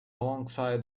alongside